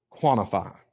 quantify